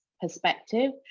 perspective